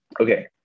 Okay